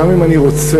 גם אם אני רוצה,